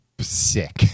sick